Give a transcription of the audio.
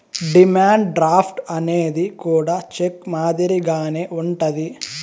demand draft అనేది కూడా cheque మాదిరిగానే ఉంటది